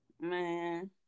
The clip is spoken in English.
Man